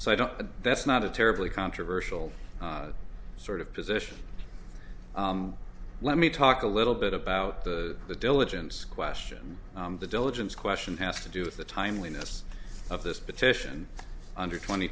so i don't that's not a terribly controversial sort of position let me talk a little bit about the the diligence question the diligence question has to do with the timeliness of this petition under twenty